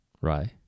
right